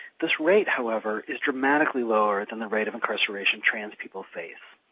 this rate, however, is dramatically lower than the rate of incarceration trans people face.